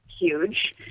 huge